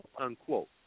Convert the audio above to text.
unquote